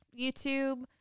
YouTube